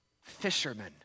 fishermen